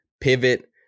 pivot